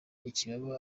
ikibaba